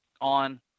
on